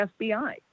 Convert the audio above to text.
FBI